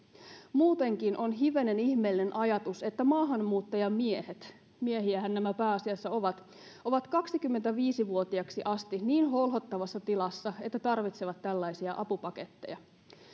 muutenkin on hivenen ihmeellinen ajatus että maahanmuuttajamiehet miehiähän nämä pääasiassa ovat ovat kaksikymmentäviisi vuotiaiksi asti niin holhottavassa tilassa että tarvitsevat tällaisia apupaketteja